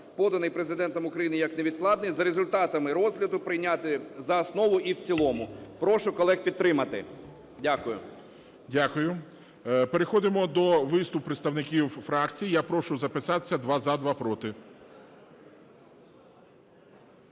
поданий Президентом України як невідкладний за результатами розгляду прийняти за основу і в цілому. Прошу колег підтримати. Дякую. ГОЛОВУЮЧИЙ. Дякую. Переходимо до виступу представників фракцій, я прошу записатися: два – за, два – проти.